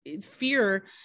fear